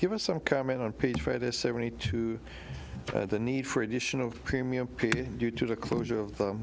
give us some comment on page for this seventy two the need for additional premium due to the closure of